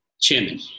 chairman